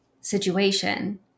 situation